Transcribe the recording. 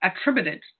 attributed